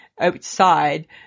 outside